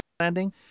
Landing